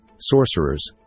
sorcerers